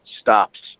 stops